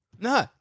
No